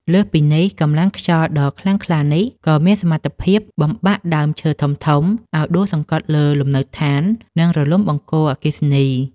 លើសពីនេះ កម្លាំងខ្យល់ដ៏ខ្លាំងក្លានេះក៏មានសមត្ថភាពបំបាក់ដើមឈើធំៗឱ្យដួលសង្កត់លើលំនៅដ្ឋាន និងរលំបង្គោលអគ្គិសនី។